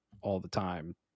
all-the-time